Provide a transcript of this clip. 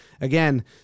again